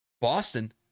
Boston